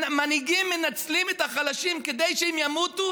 מנהיגים מנצלים את החלשים כדי שהם ימותו,